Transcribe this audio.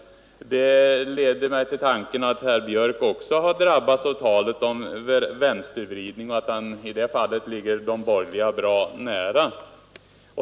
Det leder mig till tanken att herr Björk också har drabbats av talet om vänstervridning och att han i det fallet ligger de borgerliga bra nära.